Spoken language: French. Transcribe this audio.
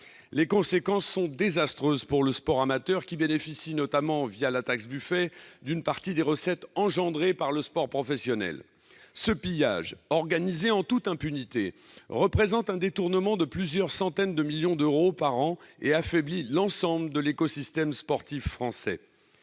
Les conséquences sont désastreuses pour le sport amateur, qui bénéficie, notamment la taxe Buffet, d'une partie des recettes engendrées par le sport professionnel. Ce pillage, organisé en toute impunité, représente un détournement de plusieurs centaines de millions d'euros par an et affaiblit l'ensemble de l'écosystème sportif français.